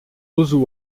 uso